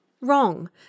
Wrong